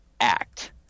act